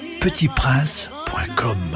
petitprince.com